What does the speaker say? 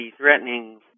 threatening